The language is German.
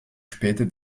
später